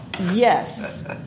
Yes